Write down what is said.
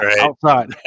outside